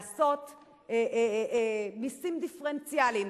לעשות מסים דיפרנציאליים.